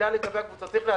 לגבי מנטרלי צ'רנוביל,